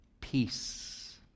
peace